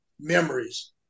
memories